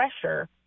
pressure